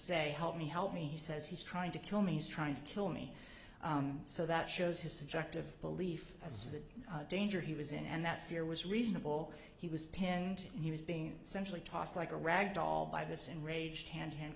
say help me help me he says he's trying to kill me he's trying to kill me so that shows his subjective belief as to the danger he was in and that fear was reasonable he was pinned and he was being centrally tossed like a rag doll by this enraged hand to hand